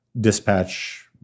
dispatch